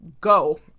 go